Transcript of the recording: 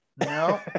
No